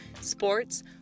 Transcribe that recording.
sports